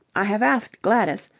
i have asked gladys.